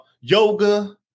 yoga